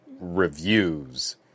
reviews